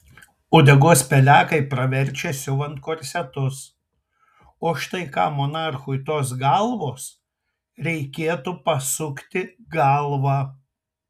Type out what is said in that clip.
uodegos pelekai praverčia siuvant korsetus o štai kam monarchui tos galvos reikėtų pasukti galvą